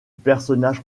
personnage